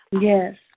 Yes